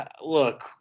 look